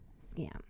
scam